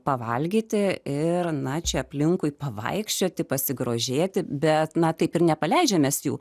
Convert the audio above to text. pavalgyti ir na čia aplinkui pavaikščioti pasigrožėti bet na taip ir nepaleidžia mes jų